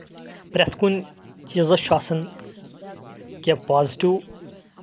پریٚتھ کُنہِ چیٖزَس چھُ آسان کیٚنٛہہ پازٹو